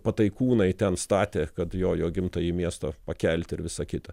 pataikūnai ten statė kad jojo gimtąjį miestą pakelt ir visa kita